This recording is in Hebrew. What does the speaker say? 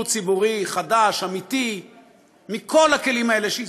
ציבורי חדש ואמיתי מכל הכלים האלה שהזכרתי,